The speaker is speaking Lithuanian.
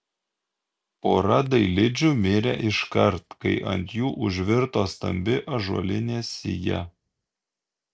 pora dailidžių mirė iškart kai ant jų užvirto stambi ąžuolinė sija